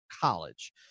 college